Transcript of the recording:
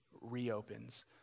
reopens